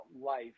life